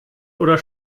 oder